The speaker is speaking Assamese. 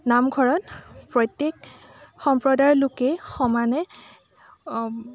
নামঘৰত প্ৰত্যেক সম্প্ৰদায়ৰ লোকেই সমানে